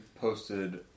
posted